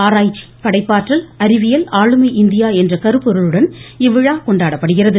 ஆராய்ச்சி படைப்பாற்றல் அறிவியல் ஆளுமை இந்தியா என்ற கருப்பொருளுடன் இவ்விழா கொண்டாடப்படுகிறது